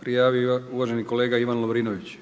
prijavo uvaženi kolega Ivan Lovrinović.